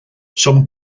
some